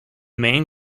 main